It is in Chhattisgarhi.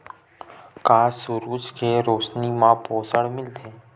का सूरज के रोशनी म पोषण मिलथे?